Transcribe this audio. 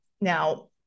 Now